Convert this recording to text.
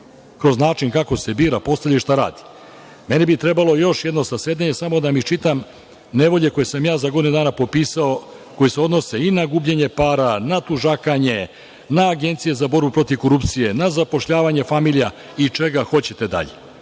kroz način kako se bira, postavlja i šta radi. Meni bi trebalo još jedno zasedanje samo da vam iščitam nevolje koje sam ja za godinu dana popisao, koje se odnose i na gubljenje para, na tužakanje, na agencije za borbu protiv korupcije, na zapošljavanje familija i čega hoćete dalje.